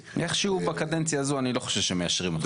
איכשהו בקדנציה הזו אני לא חושב שמיישרים אותך